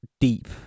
deep